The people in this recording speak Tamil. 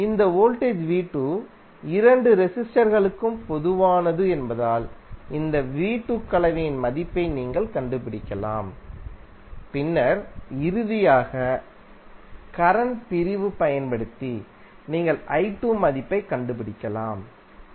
இந்த வோல்டேஜ் இரண்டு ரெசிஸ்டர் களுக்கும் பொதுவானதுஎன்பதால் இந்த கலவையின்மதிப்பை நீங்கள் கண்டுபிடிக்கலாம் பின்னர் இறுதியாக கரண்ட் பிரிவு பயன்படுத்தி நீங்கள் மதிப்பைக் கண்டுபிடிக்கலாம்